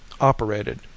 operated